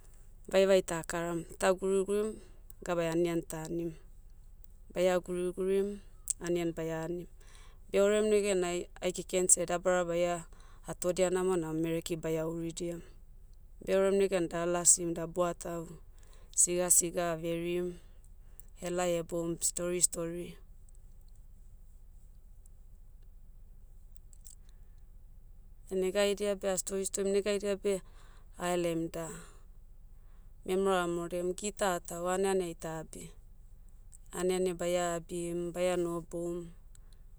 Vaevae takaram, ta gurigurim, gabeai anian tanim. Baia gurigurim, anian baia anim. Beorem negenai, ai keken seh dabara baia, hatodia namonam mereki baia huridiam. Beorem negen da alasim da buatau, sigasiga averim, helai eboum stori stori. Negaidia beh ah stori storim negaidia beh, ahelaim da, memero amaorodiam gita atahu aneane aita abi. Aneane baia abim, baia nohoboum.